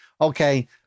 Okay